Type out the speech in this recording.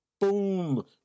Boom